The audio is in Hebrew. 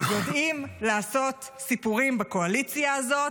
יודעים לעשות סיפורים בקואליציה הזאת,